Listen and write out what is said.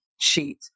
sheet